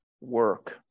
work